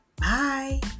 Bye